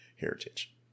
heritage